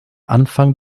anfang